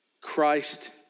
Christ